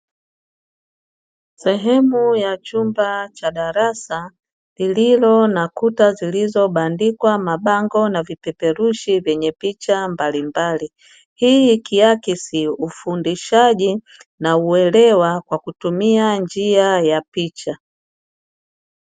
Sehemu ya chumba cha darasa lililo na kuta zilizobandikwa mabango na vipeperushi vyenye picha mbalimbali. Hii ikiakisi ufundishaji na uelewa Kwa kutumia njia ya picha.